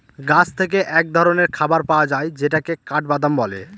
গাছ থেকে এক ধরনের খাবার পাওয়া যায় যেটাকে কাঠবাদাম বলে